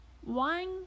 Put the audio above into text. one